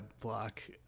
block